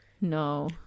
No